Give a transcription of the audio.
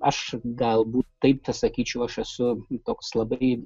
aš galbūt taip sakyčiau aš esu toks labai